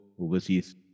overseas